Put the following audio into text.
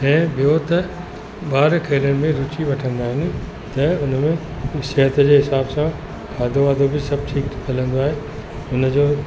ऐं ॿियो त ॿार खेॾण में रुचि वठंदा आहिनि त हुन में सिहत जे हिसाब सां खाधो वाधो बि सभु ठीकु हलंदो आहे हुनजो